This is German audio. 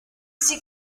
sie